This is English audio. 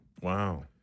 Wow